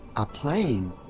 a plane!